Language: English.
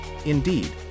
Indeed